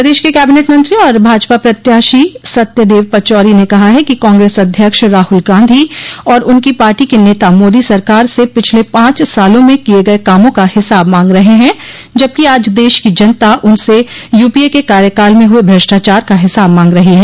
प्रदेश के कैबिनेट मंत्री और भाजपा प्रत्याशी सत्यदेव पचौरी ने कहा है कि कांग्रेस अध्यक्ष राहल गांधी और उनकी पार्टी के नेता मोदी सरकार से पिछले पांच सालों में किये गये कामों का हिसाब मांग रहे हैं जबकि आज देश की जनता उनसे यूपीए के कार्यकाल में हुए भ्रष्टाचार का हिसाब मांग रही है